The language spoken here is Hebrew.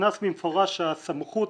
הוכנס במפורש הסמכות